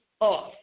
off